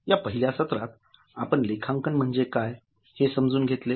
या पहिल्या सत्रात आपण लेखांकन म्हणजे काय हे समजून घेतले